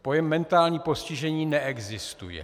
Pojem mentální postižení neexistuje.